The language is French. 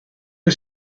que